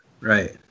Right